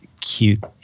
cute